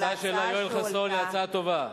ההצעה של יואל חסון היא הצעה טובה,